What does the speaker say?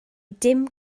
dim